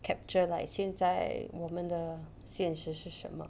capture like 现在我们的现实是什么